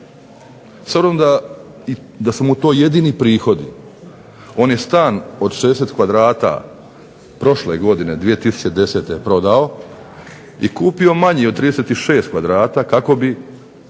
obzirom da su mu to jedini prihodi, on je stan od 60 kvadrata prošle godine 2010. prodao i kupio manji od 36 kvadrata kako bi